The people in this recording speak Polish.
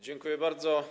Dziękuję bardzo.